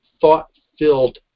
thought-filled